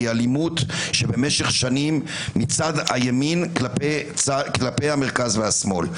היא אלימות במשך שנים מצד ימין כלפי המרכז והשמאל.